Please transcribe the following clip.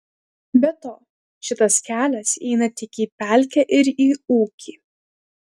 be to šitas kelias eina tik į pelkę ir į ūkį